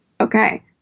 okay